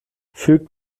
füg